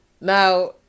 Now